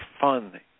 fun